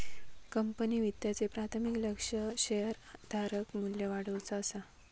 company वित्ताचे प्राथमिक लक्ष्य शेअरधारक मू्ल्य वाढवुचा असा